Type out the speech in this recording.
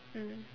mm